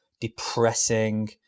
depressing